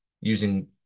using